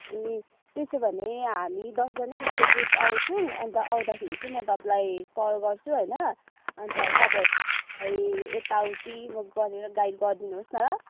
ए त्यसो भने हामी दसजना जस्तो ग्रुप आउँछौँ अन्त आउँदाखेरि चाहिँ मो तपाईँलाई कल गर्छु होइन अन्त तपाईँहरूले हामीलाई यताउति गरेर गाइड गरिदिनुहोस् न ल